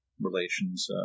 relations